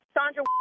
Sandra